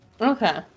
okay